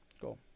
Cool